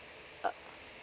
uh